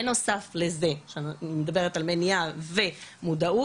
בנוסף לזה שאני מדברת על מניעה ומודעות